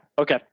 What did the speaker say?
okay